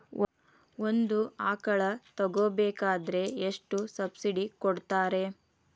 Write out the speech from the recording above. ಒಂದು ಆಕಳ ತಗೋಬೇಕಾದ್ರೆ ಎಷ್ಟು ಸಬ್ಸಿಡಿ ಕೊಡ್ತಾರ್?